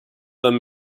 them